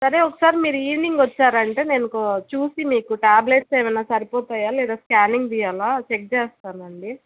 సరే ఒకసారి మీరు ఈవెనింగ్ వచ్చారంటే నేను ఒక చూసి మీకు ట్యాబ్లేట్స్ ఏమన్న సరిపోతాయా లేదా స్కానింగ్ తీయాలా చెక్ చేస్తానండి